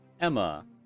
Emma